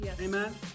amen